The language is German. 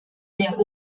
der